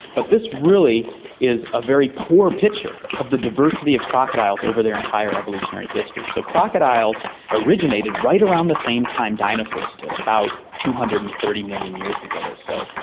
but this really is a very poor picture of the diversity of crocodiles over their entire evolutionary history. so crocodiles originated right around the same time dinosaurs did, about two hundred and thirty million years ago or so,